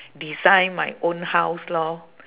design my own house lor